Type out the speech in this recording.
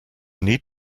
need